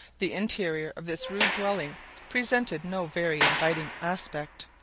the interior of this rude dwelling presented no very inviting aspect.